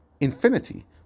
infinity